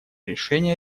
решения